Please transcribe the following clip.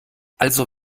also